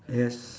yes